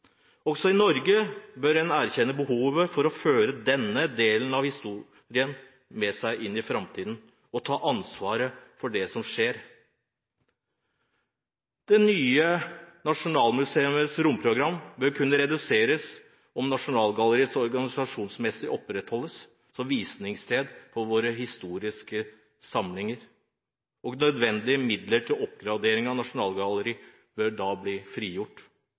Også i Norge bør man erkjenne behovet for å føre denne delen av historien med seg inn i framtiden og ta ansvaret for at dette kan skje. Det nye nasjonalmuseets romprogram burde kunne reduseres om Nasjonalgalleriet organisasjonsmessig opprettholdes som visningssted for våre historiske samlinger. Nødvendige midler til å oppgradere Nasjonalgalleriet bør da bli frigjort